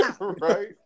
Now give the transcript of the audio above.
Right